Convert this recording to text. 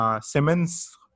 Simmons